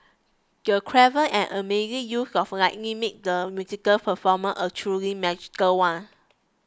the clever and amazing use of lighting made the musical performance a truly magical one